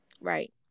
Right